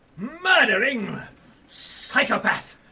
murdering psychopath.